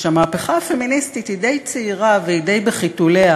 שהמהפכה הפמיניסטית היא די צעירה והיא די בחיתוליה.